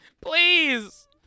Please